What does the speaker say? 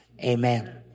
Amen